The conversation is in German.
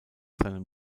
seinem